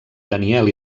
daniel